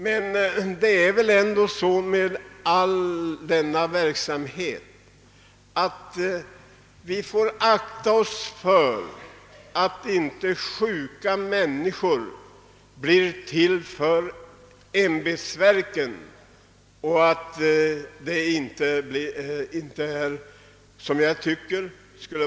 Men vi får ta oss i akt så att vi inte råkar ut för vanföreställningen att de sjuka människorna är till för ämbetsverkets skull!